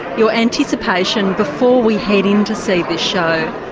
your anticipation before we head in to see this show.